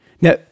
Now